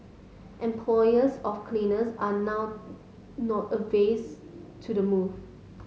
employers of cleaners are now not averse to the move